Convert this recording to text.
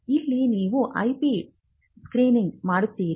ಇಲ್ಲಿ ನೀವು IP screening ಮಾಡುತ್ತೀರಿ